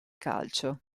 calcio